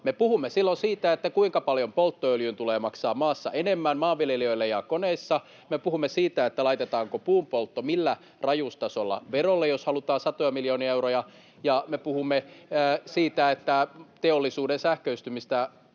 Me puhumme silloin siitä, kuinka paljon polttoöljy tulee maksamaan maassa enemmän maanviljelijöille ja koneissa, me puhumme siitä, laitetaanko puunpoltto millä rajuustasolla verolle, jos halutaan satoja miljoonia euroja, ja me puhumme siitä, että teollisuuden sähköistymistä